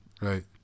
right